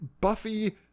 buffy